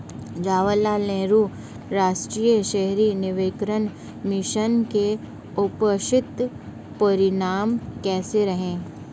जवाहरलाल नेहरू राष्ट्रीय शहरी नवीकरण मिशन के अपेक्षित परिणाम कैसे रहे?